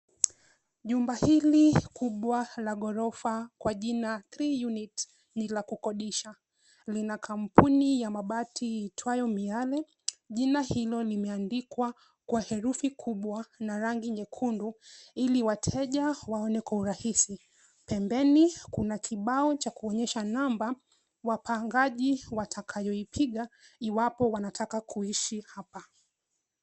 Nyumba hili kubwa la ghorofa kwa jina Three Unit ni la kukodisha lina kampuni ya mabati iitwayo Miale. Jina hilo limeandikwa kwa herufi kubwa na rangi nyekundu ili wateja waone kwa urahisi. Pembeni kuna kibao cha kuonyesha namba wapangaji watakayo ipiga iwapo wanataka kuishi hapa.